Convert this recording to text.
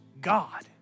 God